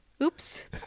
oops